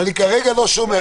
גם אתה לא שם.